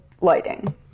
lighting